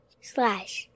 slash